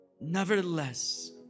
Nevertheless